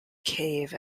cave